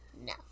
No